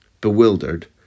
bewildered